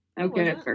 Okay